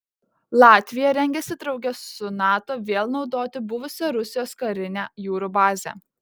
latvija rengiasi drauge su nato vėl naudoti buvusią rusijos karinę jūrų bazę